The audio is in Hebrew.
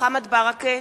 מוחמד ברכה,